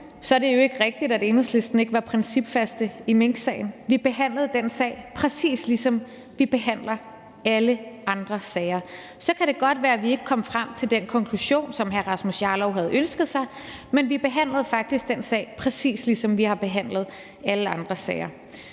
er det jo ikke rigtigt, at Enhedslisten ikke var principfaste i minksagen. Vi behandlede den sag, præcis ligesom vi behandler alle andre sager. Så kan det godt være, vi ikke kom frem til den konklusion, som hr. Rasmus Jarlov havde ønsket sig, men vi behandlede faktisk den sag, præcis ligesom vi har behandlet alle andre sager.